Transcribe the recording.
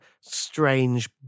strange